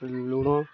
ଲୁଣ